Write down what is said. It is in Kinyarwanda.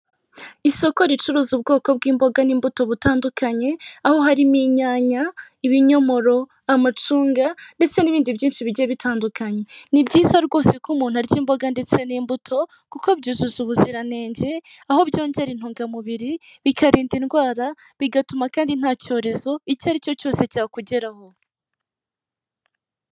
Isoko ricuruza ubwoko bw'imboga n'imbuto butandukanye, aho harimo inyanya, ibinyomoro, amacunga ndetse n'ibindi byinshi bijya bitandukanye. Ni byiza rwose ko umuntu arya imboga ndetse n'imbuto kuko byuzuza ubuziranenge, aho byongera intungamubiri bikarinda indwara bigatuma kandi nta cyorezo icyo ari cyo cyose cyakugeraho.